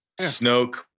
Snoke